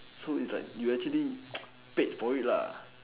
so it's like you actually paid for it lah